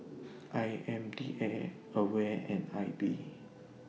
I M D A AWARE and I B